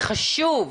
זה חשוב,